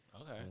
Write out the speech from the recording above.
Okay